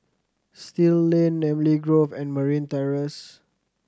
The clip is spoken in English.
Still Lane Namly Grove and Marine Terrace